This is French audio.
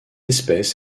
espèce